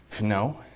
No